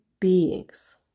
beings